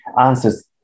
answers